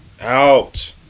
out